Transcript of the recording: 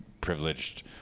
privileged